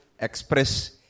express